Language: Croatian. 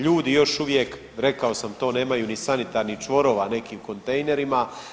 Ljudi još uvijek rekao sam to nemaju ni sanitarnih čvorova neki u kontejnerima.